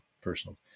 personal